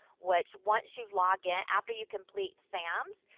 which once you login, after you complete sams,